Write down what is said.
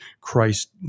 Christ